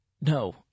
No